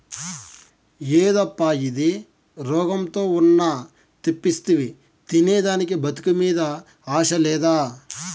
యేదప్పా ఇది, రోగంతో ఉన్న తెప్పిస్తివి తినేదానికి బతుకు మీద ఆశ లేదా